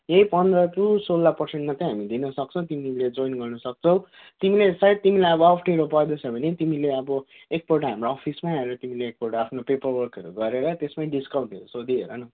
यही पन्ध्र टू सोह्र पर्सेन्ट मात्रै हामी लिन सक्छौँ तिमीले जोइन गर्नु सक्छौ तिमीले सायद तिमीलाई अब अप्ठ्यारो पर्दैछ भने तिमीले अब एकपल्ट हाम्रो अफिसमै आएर तिमीले एकपल्ट आफ्नो पेपर वर्कहरू गरेर त्यसमै डिस्काउन्टहरू सोधिहेर न